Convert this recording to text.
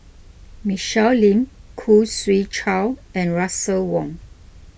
Michelle Lim Khoo Swee Chiow and Russel Wong